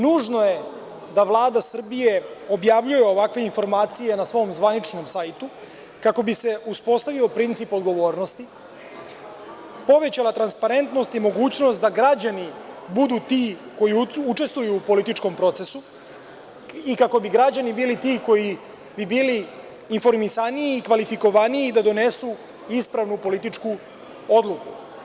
Nužno je da Vlada Srbije objavljuje ovakve informacije na svom zvaničnom sajtu kako bi se uspostavio princip odgovornosti, povećala transparentnost i mogućnost da građani budu ti koji učestvuju u političkom procesu i kako bi građani bili ti koji bi bili informisaniji i kvalifikovaniji da donesu ispravnu političku odluku.